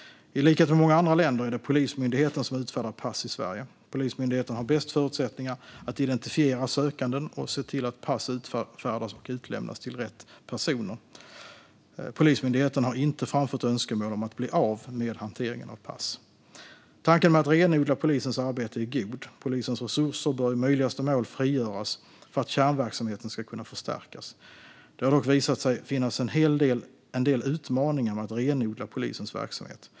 I likhet med många andra länder är det Polismyndigheten som utfärdar pass i Sverige. Polismyndigheten har bäst förutsättningar att identifiera sökande och se till att pass utfärdas och utlämnas till rätt personer. Polismyndigheten har inte framfört önskemål om att bli av med hanteringen av pass. Tanken med att renodla polisens arbete är god. Polisens resurser bör i möjligaste mån frigöras för att kärnverksamheten ska kunna förstärkas. Det har dock visat sig finnas en del utmaningar med att renodla polisens verksamhet.